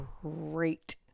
great